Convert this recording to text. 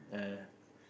uh